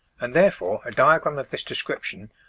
and therefore a diagram of this description,